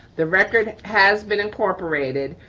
the record has been incorporated.